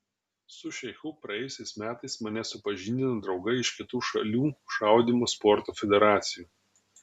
su šeichu praėjusiais metais mane supažindino draugai iš kitų šalių šaudymo sporto federacijų